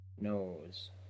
knows